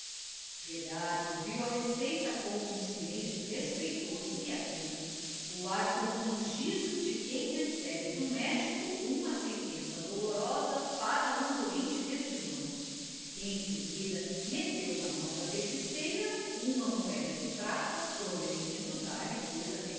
piedade ouviu a receita com um silêncio respeitoso e atento o ar compungido de quem recebe do médico uma sentença dolorosa para um doente que estimamos em seguida meteu na mão da feiticeira uma moeda de prata prometendo dar-lhe